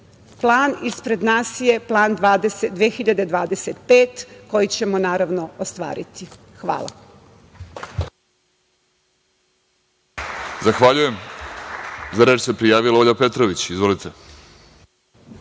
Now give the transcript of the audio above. Plan ispred nas je 2025 koji ćemo naravno ostvariti. Hvala.